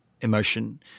emotion